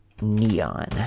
neon